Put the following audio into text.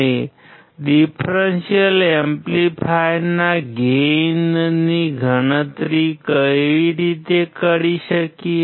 આપણે ડીફ્રેન્શિઅલ એમ્પ્લીફાયરના ગેઇનની ગણતરી કેવી રીતે કરી શકીએ